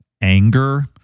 anger